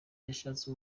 yashatse